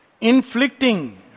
Inflicting